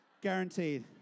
Guaranteed